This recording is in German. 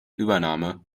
übernahme